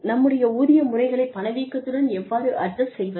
நம்முடைய ஊதிய முறைகளைப் பணவீக்கத்துடன் எவ்வாறு அட்ஜஸ்ட் செய்வது